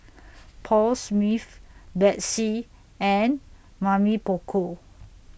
Paul Smith Betsy and Mamy Poko